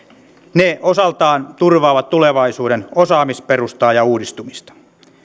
ne osaltaan turvaavat tulevaisuuden osaamisperustaa ja uudistumista